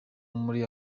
muri